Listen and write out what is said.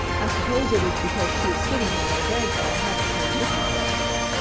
i suppose it is because she is sitting on those eggs that i haven't seen mrs. redwing.